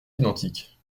identiques